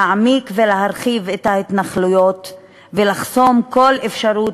להעמיק ולהרחיב את ההתנחלויות ולחסום כל אפשרות